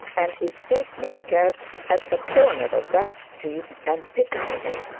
and his bootmaker at the corner of that street and piccadilly.